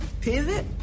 pivot